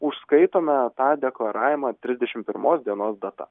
užskaitome tą deklaravimą trisdešim pirmos dienos data